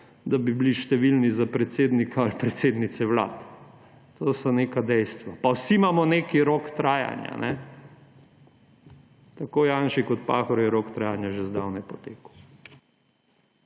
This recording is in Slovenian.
da bi bili številni za predsednika ali predsednice vlad. To so neka dejstva. Pa vsi imamo neki rok trajanja. Tako Janši kot Pahorju je rok trajanja že zdavnaj potekel.